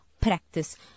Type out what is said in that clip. practice